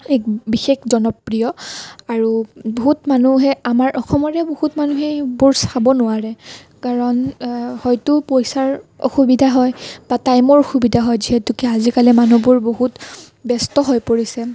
এক বিশেষ জনপ্ৰিয় আৰু বহুত মানুহে আমাৰ অসমৰে বহুত মানুহে এইবোৰ চাব নোৱাৰে কাৰণ হয়তো পইচাৰ অসুবিধা হয় বা টাইমৰ অসুবিধা হয় যিহেতুকে আজিকালি মানুহবোৰ বহুত ব্যস্ত হৈ পৰিছে